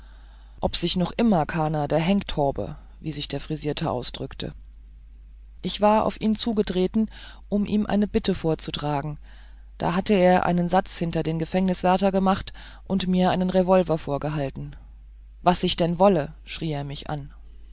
ob sich noch immer kaner derhenkt hobe wie sich der frisierte ausdrückte ich war auf ihn zugetreten um ihm eine bitte vorzutragen da hatte er einen satz hinter den gefangenwärter gemacht und mir einen revolver vorgehalten was ich denn wolle schrie er mich an